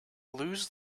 lose